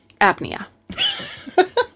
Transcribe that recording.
Apnea